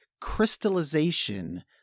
crystallization